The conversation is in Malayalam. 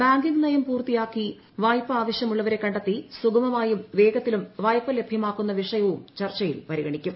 ബാങ്കിംഗ് നയം പൂർത്തിയാക്കി വായ്പ ആവശ്യമുള്ളവരെ കണ്ടെത്തി സുഗമമായും വേഗത്തിലും വായ്പ ലഭ്യമാക്കുന്ന വിഷയവും ചർച്ചയിൽ പരിഗണിക്കും